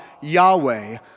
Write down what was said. Yahweh